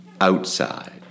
outside